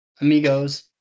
Amigos